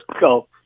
go